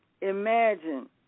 Imagine